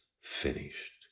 finished